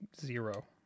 zero